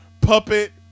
puppet